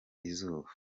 izuba